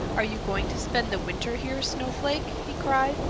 are you going to spend the winter here, snowflake? he cried.